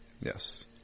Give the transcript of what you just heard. yes